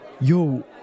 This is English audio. Yo